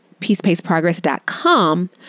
peacepaceprogress.com